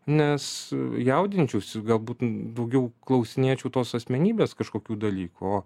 nes jaudinčiausi galbūt daugiau klausinėčiau tos asmenybės kažkokių dalykų o